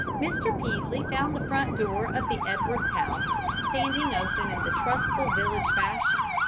mr. peaslee found the front door of the edwards house standing open in the trustful village fashion,